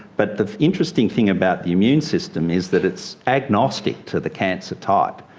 but the interesting thing about the immune system is that it's agnostic to the cancer type.